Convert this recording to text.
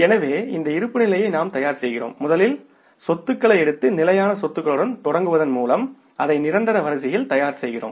எனவே இந்த இருப்புநிலைகளை நாம் தயார் செய்கிறோம் முதலில் சொத்துக்களை எடுத்து நிலையான சொத்துகளுடன் தொடங்குவதன் மூலம் அதை நிரந்தர வரிசையில் தயார் செய்கிறோம்